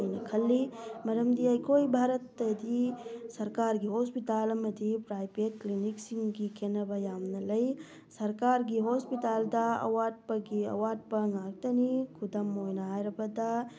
ꯑꯩꯅ ꯈꯜꯂꯤ ꯃꯔꯝꯗꯤ ꯑꯩꯈꯣꯏ ꯚꯥꯔꯠꯇꯗꯤ ꯁ꯭ꯔꯀꯥꯔꯒꯤ ꯍꯣꯁꯄꯤꯇꯥꯜ ꯑꯃꯗꯤ ꯄ꯭ꯔꯥꯏꯕꯦꯠ ꯀ꯭ꯂꯤꯅꯤꯛꯁꯤꯡꯒꯤ ꯈꯦꯅꯕ ꯌꯥꯝꯅ ꯂꯩ ꯁ꯭ꯔꯀꯥꯔꯒꯤ ꯍꯣꯁꯄꯤꯇꯥꯜꯗ ꯑꯋꯥꯠꯄꯒꯤ ꯑꯋꯥꯠꯄ ꯉꯥꯛꯇꯅꯤ ꯈꯨꯗꯝ ꯑꯣꯏꯅ ꯍꯥꯏꯔꯕꯗ